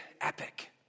epic